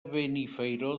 benifairó